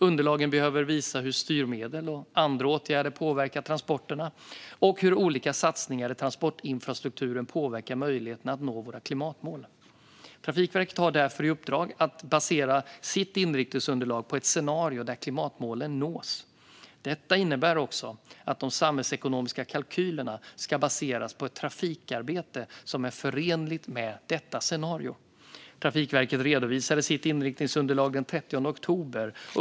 Underlagen behöver visa hur styrmedel och andra åtgärder påverkar transporterna och hur olika satsningar i transportinfrastrukturen påverkar möjligheterna att nå våra klimatmål. Trafikverket har därför haft i uppdrag att basera sitt inriktningsunderlag på ett scenario där klimatmålen nås. Detta innebär också att de samhällsekonomiska kalkylerna ska baseras på ett trafikarbete som är förenligt med detta scenario. Trafikverket redovisade sitt inriktningsunderlag den 30 oktober.